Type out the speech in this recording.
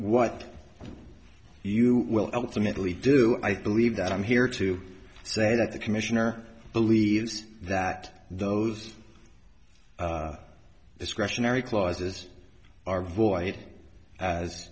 what you will ultimately do i believe that i'm here to say that the commissioner believes that those discretionary clauses are void as